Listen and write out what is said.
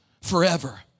forever